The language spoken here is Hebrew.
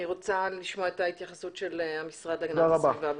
אני רוצה לשמוע את ההתייחסות של המשרד להגנת הסביבה.